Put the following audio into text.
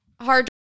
hard